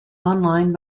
online